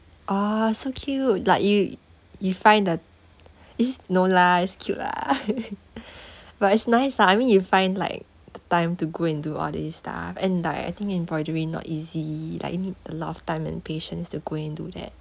oh so cute like you you find the it's no lah it's cute lah but it's nice ah I mean you find like the time to go and do all these stuff and like I think embroidery not easy like you need a lot of time and patience to go and do that